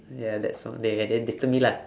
ya that song ya ya the~ they disturb me lah